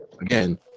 again